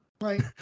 Right